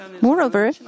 Moreover